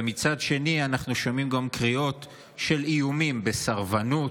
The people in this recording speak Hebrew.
ומצד שני אנחנו שומעים גם קריאות של איומים בסרבנות,